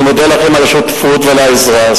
אני מודה לכם על השותפות ועל העזרה,